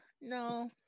no